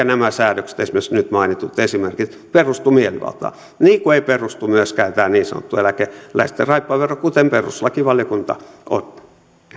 nämä säädökset esimerkiksi nyt mainitut esimerkit perustu mielivaltaan niin kuin ei perustu myöskään tämä niin sanottu eläkeläisten raippavero kuten perustuslakivaliokunta on